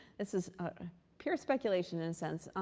this is ah pure speculation in a sense.